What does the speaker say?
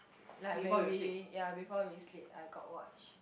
like when we ya before we sleep I got watch